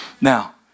now